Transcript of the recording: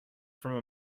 from